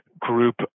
Group